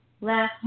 Left